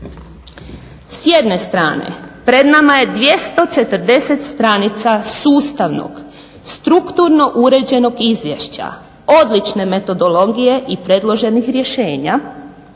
S jedne strane pred nama je 240 stranica sustavnog, strukturno uređenog izvješća, odlične metodologije i predloženih rješenja.